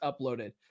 uploaded